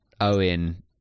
Owen